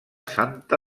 santa